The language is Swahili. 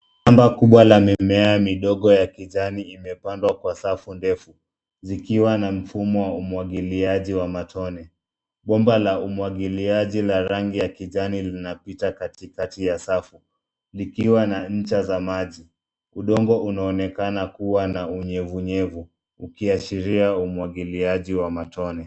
Shamba kubwa la mimea midogo ya kijani imepandwa kwa safu ndefu zikiwa na mfumo wa umwagiliaji wa matone. Bomba la umwagiliaji la rangi ya kijani linapita katikati ya safu likiwa na ncha za maji. Udongo unaonekana kuwa na unyevunyevu ukiashiria umwagiliaji wa matone.